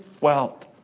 wealth